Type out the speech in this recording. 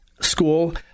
school